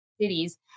cities